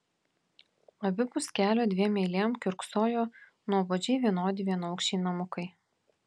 abipus kelio dviem eilėm kiurksojo nuobodžiai vienodi vienaaukščiai namukai